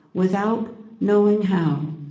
without knowing how.